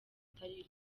atari